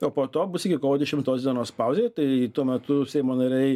o po to bus iki kovo dešimtos dienos pauzė tai tuo metu seimo nariai